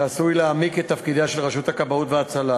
שעשוי להעמיק את תפקידיה של רשות הכבאות וההצלה